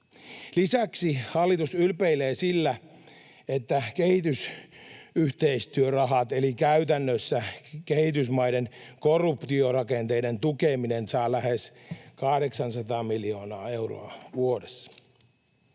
Lisäksi hallitus ylpeilee sillä, että kehitysyhteistyörahat — eli käytännössä kehitysmaiden korruptiorakenteiden tukeminen — saavat lähes 800 miljoonaa euroa vuodessa.